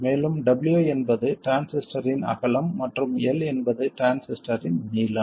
மேலும் W என்பது டிரான்சிஸ்டரின் அகலம் மற்றும் L என்பது டிரான்சிஸ்டரின் நீளம்